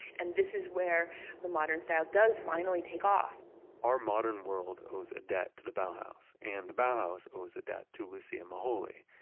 and this is where the modern style does finally take off our modern world owes a debt to the bauhaus, and the bauhaus owes is a debt to lucia moholy.